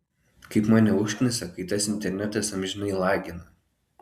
kaip mane užknisa kai tas internetas amžinai lagina